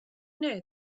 know